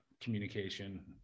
communication